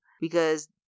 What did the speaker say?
Because-